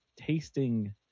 tasting